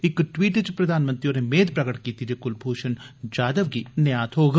इक ट्वीट च प्रधानमंत्री होरें मेद प्रकट कीती जे क्लभूषण जाधव गी न्या थोग